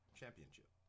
championship